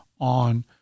on